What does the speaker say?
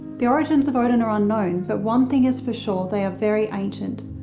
the origins of odin are unknown, but one thing is for sure they are very ancient.